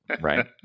right